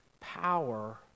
power